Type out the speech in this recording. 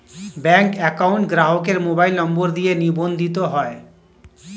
bank account গ্রাহকের mobile number দিয়ে নিবন্ধিত হয়